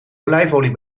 olijfolie